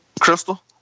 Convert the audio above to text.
Crystal